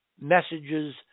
messages